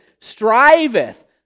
striveth